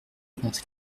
vingt